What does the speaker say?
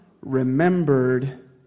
remembered